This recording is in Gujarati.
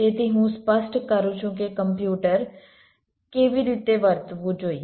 તેથી હું સ્પષ્ટ કરું છું કે કોમ્પ્યુટર કેવી રીતે વર્તવું જોઈએ